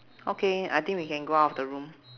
okay I think we can go out of the room